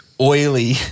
oily